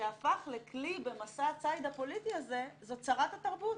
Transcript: שהפך לכלי במסע הציד הפוליטי הזה הוא שרת התרבות.